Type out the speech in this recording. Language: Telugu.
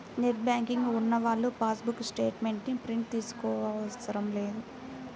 నెట్ బ్యాంకింగ్ ఉన్నవాళ్ళు పాస్ బుక్ స్టేట్ మెంట్స్ ని ప్రింట్ తీయించుకోనవసరం లేదు